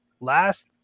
last